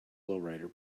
lowrider